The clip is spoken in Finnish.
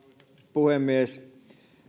puhemies